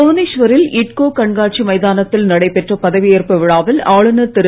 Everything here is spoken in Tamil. புவனேஸ்வரில் இட்கோ கண்காட்சி மைதானத்தில் நடைபெற்ற பதவி ஏற்பு விழாவில் ஆளுநர் திரு